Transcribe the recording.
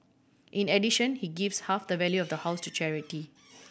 in addition he gives half the value of the house to charity